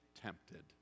tempted